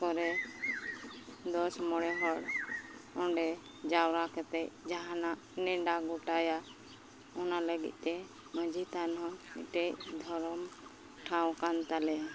ᱠᱚᱨᱮ ᱫᱚᱥ ᱢᱚᱬᱮᱦᱚᱲ ᱚᱸᱰᱮ ᱡᱟᱣᱨᱟ ᱠᱮᱛᱮᱫ ᱡᱟᱦᱟᱱᱟᱜ ᱱᱮᱸᱰᱟ ᱜᱚᱴᱟᱭᱟ ᱚᱱᱟ ᱞᱟᱹᱜᱤᱫᱛᱮ ᱢᱟᱺᱡᱷᱤ ᱛᱷᱟᱱᱦᱚᱸ ᱢᱤᱫᱴᱮᱡ ᱫᱷᱚᱨᱚᱢ ᱴᱷᱟᱶᱠᱟᱱ ᱛᱟᱞᱮᱭᱟ